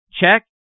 Check